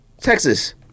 Texas